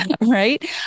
right